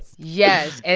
yes.